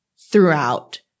throughout